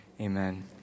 Amen